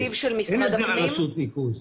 זה כסף שאין לרשות הניקוז.